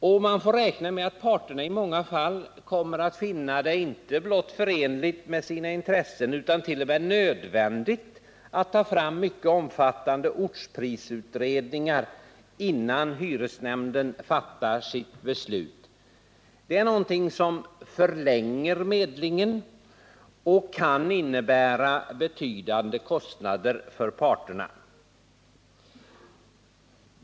Och man får räkna med att parterna i många fall kommer att finna det inte blott förenligt med sina intressen utan t.o.m. nödvändigt att ta fram mycket omfattande ortsprisutredningar innan hyresnämnden fattar sitt beslut. Detta förlänger medlingen och kan innebära betydande kostnader för parterna.